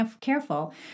careful